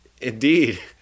Indeed